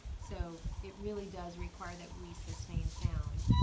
so it really does require that we sustain sound.